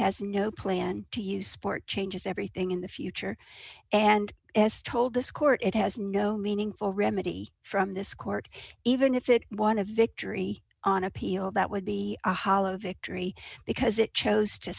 has no plan to use sport changes everything in the future and has told this court it has no meaningful remedy from this court even if it won a victory on appeal that would be a hollow victory because it chose to